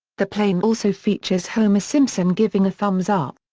the plane also features homer simpson giving a thumbs up.